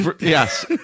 Yes